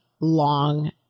long